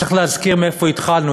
צריך להזכיר מאיפה התחלנו.